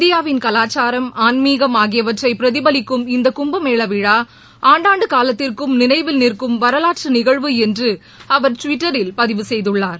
இந்தியாவின் கலாச்சாரம் ஆன்மீகம் ஆகியவற்றை பிரதிபலிக்கம் இந்த கும்பமேள விழா ஆண்டாண்டு காலத்திற்கும் நினைவில் நிற்கும் வரலாற்று நிகழ்வு என்று அவர் டுவிட்டரில் பதிவு செய்துள்ளார்